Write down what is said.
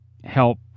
help